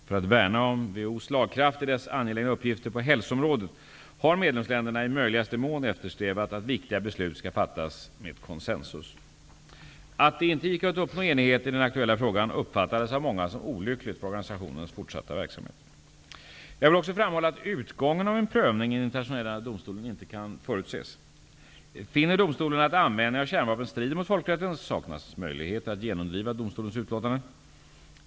För att värna om WHO:s slagkraft i dess angelägna uppgifter på hälsoområdet har medlemsländerna i möjligaste mån eftersträvat att viktiga beslut skall fattas med konsensus. Att det inte gick att uppnå enighet i den aktuella frågan uppfattades av många som olyckligt för organisationens fortsatta verksamhet. Jag vill också framhålla att utgången av en prövning i den Internationella domstolen inte kan förutses. Finner domstolen att användningen av kärnvapen strider mot folkrätten, saknas möjligheter att genomdriva domstolens utlåtande.